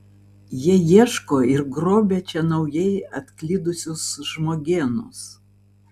jie ieško ir grobia čia naujai atklydusius žmogėnus